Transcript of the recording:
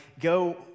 go